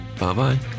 Bye-bye